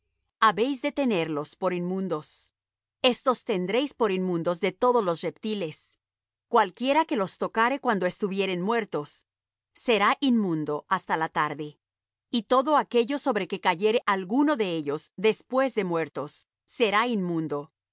la babosa y el topo estos tendréis por inmundos de todos los reptiles cualquiera que los tocare cuando estuvieren muertos será inmundo hasta la tarde y todo aquello sobre que cayere alguno de ellos después de muertos será inmundo